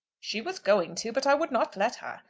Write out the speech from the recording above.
she was going to, but i would not let her.